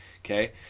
Okay